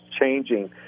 changing